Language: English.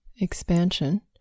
expansion